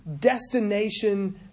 destination